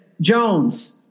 Jones